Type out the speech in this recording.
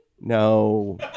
No